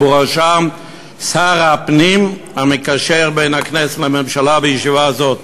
ובראשם שר הפנים המקשר בין הכנסת לממשלה בישיבה הזאת,